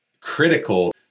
critical